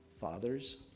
Fathers